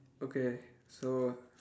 okay so